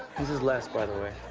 this is les, by the way.